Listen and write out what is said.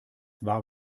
war